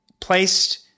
placed